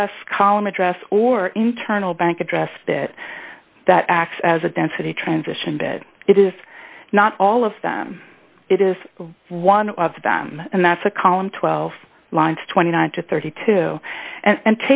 address column address or internal bank address that that acts as a density transition bit it is not all of them it is one of them and that's a column twelve lines twenty nine to thirty two and